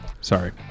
Sorry